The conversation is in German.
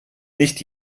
nicht